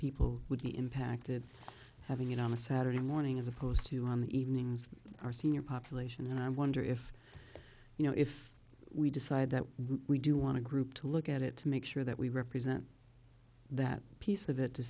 people would be impacted having it on a saturday morning as opposed to on the evenings our senior population and i wonder if you know if we decide that we do want to group to look at it to make sure that we represent that piece of it to